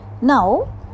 Now